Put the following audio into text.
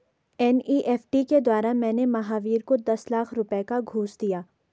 NEFT के द्वारा मैंने महावीर को दस लाख रुपए का घूंस दिया